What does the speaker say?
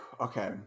okay